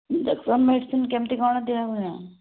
ଦେଖିବା ମେଡ଼ିସିନ୍ କେମିତି କ'ଣ ଦିଆ ହୁଏ